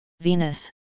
Venus